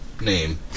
name